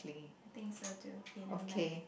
I think so too okay never mind